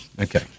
Okay